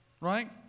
right